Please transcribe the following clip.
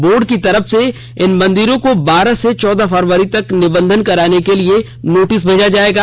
board की तरफ से इन मंदिरों को बारह से चौदह फरवरी तक निबंधन कराने के लिए नोटिस भेजा जायेगा